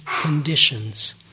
conditions